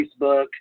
facebook